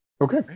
Okay